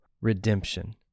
redemption